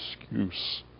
excuse